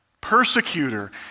persecutor